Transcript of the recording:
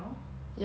ya like